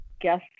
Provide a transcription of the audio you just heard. guess